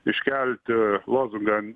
iškelti lozungan